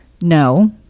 no